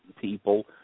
people